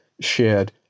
shared